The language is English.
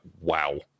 wow